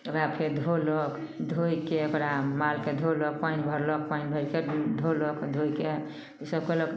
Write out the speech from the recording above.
ओकरा फेर धोलक धोयके ओकरा मालके धोलक पानि भरलक पानि भरिके धोलक धोएके ईसब कयलक